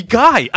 guy